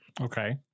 Okay